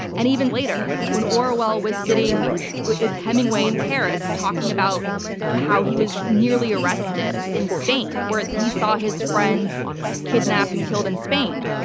and even later when orwell was sitting with hemingway in paris talking about how he was nearly arrested in spain, where he saw his friends kidnapped and killed in spain.